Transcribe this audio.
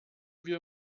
wir